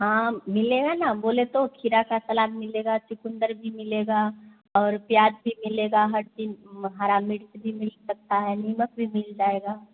हाँ मिलेगा ना बोले तो खीरा का सलाद मिलेगा चुकंदर भी मिलेगा और प्याज़ भी मिलेगा हर चीज़ हरी मिर्च भी मिल सकती है नमक भी मिल जाएगा